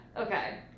Okay